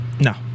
No